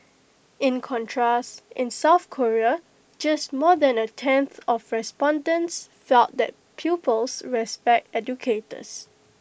in contrast in south Korea just more than A tenth of respondents felt that pupils respect educators